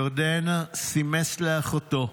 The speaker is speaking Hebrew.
ירדן סימס לאחותו: